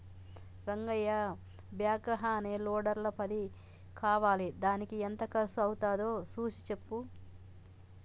Rangayya backhoe అనే లోడర్ల పది కావాలిదానికి ఎంత కర్సు అవ్వుతాదో సూసి సెప్పు